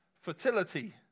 Fertility